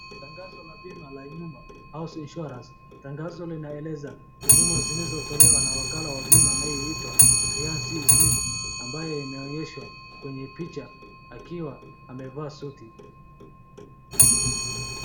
Tangazo la bima ya nyumba house insurance . Tangazo linaeleza huduma zinazotolewa na wakala wa bima anayeitwa Ryan Smith C. ambaye imeonyeshwa kwenye picha akiwa amevaa suti.